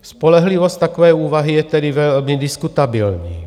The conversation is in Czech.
Spolehlivost takové úvahy je tedy velmi diskutabilní.